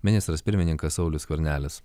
ministras pirmininkas saulius skvernelis